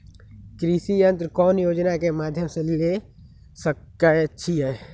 कृषि यंत्र कौन योजना के माध्यम से ले सकैछिए?